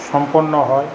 সম্পন্ন হয়